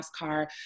NASCAR